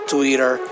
Twitter